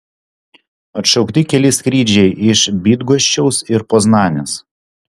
atšaukti keli skrydžiai iš bydgoščiaus ir poznanės